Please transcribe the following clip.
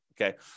okay